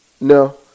No